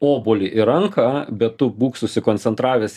obuolį į ranką bet tu būk susikoncentravęs